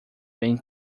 bem